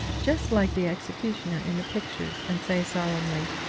just like the executioner in the pictures, and say solemnly,